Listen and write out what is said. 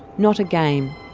not a game,